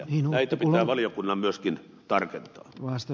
näitä pitää valiokunnan myöskin tarkentaa